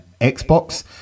Xbox